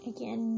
Again